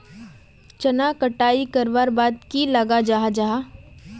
चनार कटाई करवार बाद की लगा जाहा जाहा?